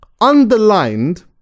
underlined